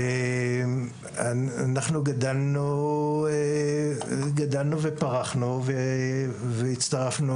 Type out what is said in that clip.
אנחנו גדלנו ופרחנו, והצטרפנו